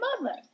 mother